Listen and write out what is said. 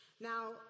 now